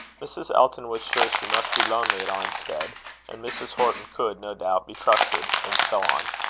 mrs. elton was sure she must be lonely at arnstead and mrs. horton could, no doubt, be trusted and so on.